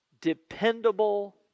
dependable